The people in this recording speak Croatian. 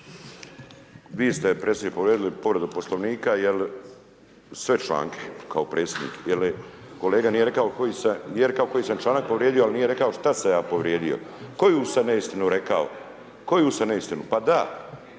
Vi ste je predsjedniče povrijedili podredili poslovnika, jer sve članke, kao predsjednik, kolege, jer kolega nije rekao, je koji sam članak povrijedio, ali nije rekao šta sam ja povrijedio, koju sam neistinu rekao, koju sam neistinu, pa da,